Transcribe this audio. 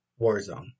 Warzone